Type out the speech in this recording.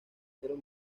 seres